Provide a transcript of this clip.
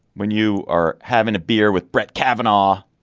when you are having a beer with brett kavanaugh